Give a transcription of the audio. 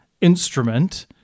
instrument